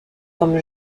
comme